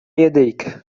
يديك